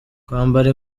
kwambara